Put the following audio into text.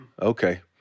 Okay